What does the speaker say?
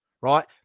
right